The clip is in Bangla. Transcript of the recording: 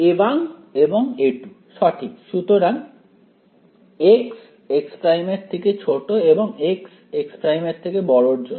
A1 এবং A2 সঠিক সুতরাং x x′ এবং x x′ এর জন্য